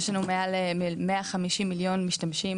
יש לנו מעל 150 מיליון משתמשים,